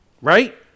Right